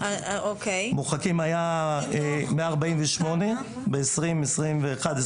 מורחקים היו 148 ב-2021 ו-2022.